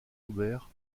joubert